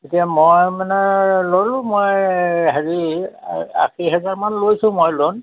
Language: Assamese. এতিয়া মই মানে ল'লোঁ মই হেৰি আশী হেজাৰমান লৈছোঁ মই লোন